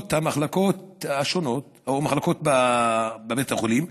המחלקות השונות או במחלקות בבית החולים,